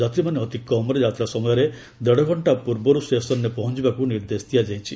ଯାତ୍ରୀମାନେ ଅତି କମ୍ରେ ଯାତ୍ରା ସମୟର ଦେଢ଼ ଘଣ୍ଟା ପୂର୍ବରୁ ଷ୍ଟେସନ୍ରେ ପହଞ୍ଚିବାକୁ ନିର୍ଦ୍ଦେଶ ଦିଆଯାଇଛି